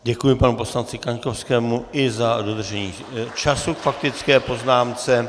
Děkuji panu poslanci Kaňkovskému i za dodržení času k faktické poznámce.